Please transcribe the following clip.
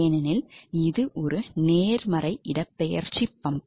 ஏனெனில் இது ஒரு நேர்மறை இடப்பெயர்ச்சி பம்ப்